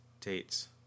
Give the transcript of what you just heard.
dates